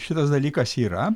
šitas dalykas yra